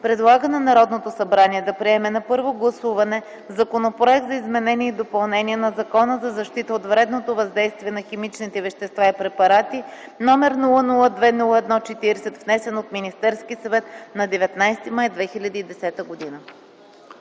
Предлага на Народното събрание да приеме на първо гласуване Законопроект за изменение и допълнение на Закона за защита от вредното въздействие на химичните вещества и препарати № 002-01-40, внесен от Министерския съвет на 19 май 2010 г.”